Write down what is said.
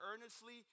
earnestly